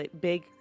big